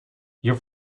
you